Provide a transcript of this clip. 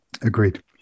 Agreed